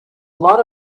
lot